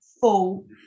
full